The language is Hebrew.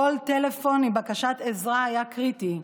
כל טלפון עם בקשת עזרה היה קריטי,